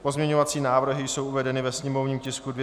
Pozměňovací návrhy jsou uvedeny ve sněmovním tisku 256/2.